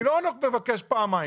אני לא מבקש פעמיים.